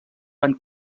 van